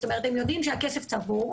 הם יודעים שהכסף צבור.